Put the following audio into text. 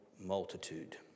multitude